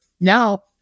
Now